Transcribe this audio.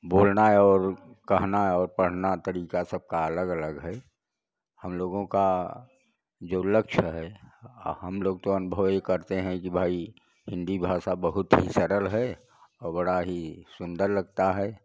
बोलना और कहना और पढ़ना तरीका सबका अलग अलग है हम लोगों का जो लक्ष्य है आ हम लोग तो अनुभव ये करते हैं कि भाई हिंदी भाषा बहुत ही सरल है और बड़ा ही सुन्दर लगता है